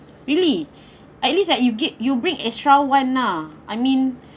really at least like you get you bring extra [one] lah I mean